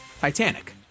Titanic